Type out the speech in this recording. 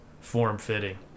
form-fitting